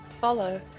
Follow